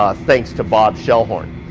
ah thanks to bob shell horn.